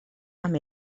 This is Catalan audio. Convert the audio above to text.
amb